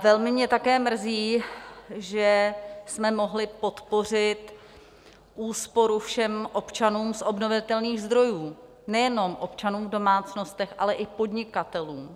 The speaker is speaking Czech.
Velmi mě také mrzí, že jsme mohli podpořit úsporu všem občanům z obnovitelných zdrojů, nejenom občanů v domácnostech, ale i podnikatelům.